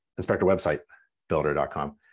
inspectorwebsitebuilder.com